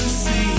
see